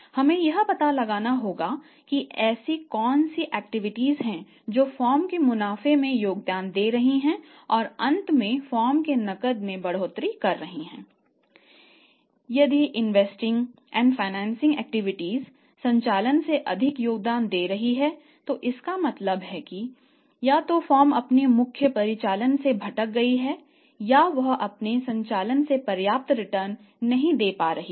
हमें यह पता लगाना होगा कि ऐसी कौन सी एक्टिविटीज हैं जो फर्म के मुनाफे में योगदान दे रही हैं और अंत में फर्म के नकद में बढ़ोतरी कर रही हैं